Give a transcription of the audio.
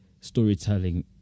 storytelling